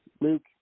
Luke